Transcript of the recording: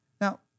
Now